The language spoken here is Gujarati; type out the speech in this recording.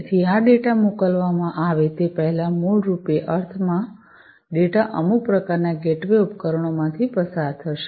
તેથી આ ડેટા મોકલવામાં આવે તે પહેલાં મૂળરૂપે અર્થમાં ડેટા અમુક પ્રકારના ગેટવે ઉપકરણમાંથી પસાર થશે